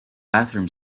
bathroom